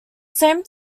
same